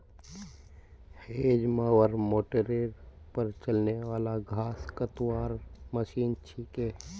hedge mower मोटरेर पर चलने वाला घास कतवार मशीन छिके